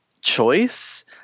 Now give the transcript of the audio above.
choice